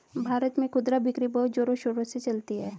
भारत में खुदरा बिक्री बहुत जोरों शोरों से चलती है